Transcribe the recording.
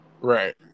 Right